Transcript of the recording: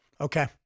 Okay